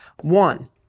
One